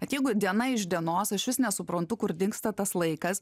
bet jeigu diena iš dienos aš vis nesuprantu kur dingsta tas laikas